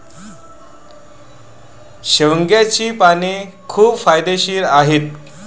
शेवग्याची पाने खूप फायदेशीर आहेत